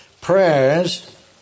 prayers